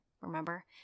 remember